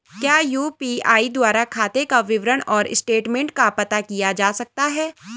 क्या यु.पी.आई द्वारा खाते का विवरण और स्टेटमेंट का पता किया जा सकता है?